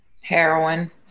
heroin